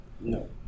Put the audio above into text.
no